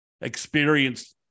experienced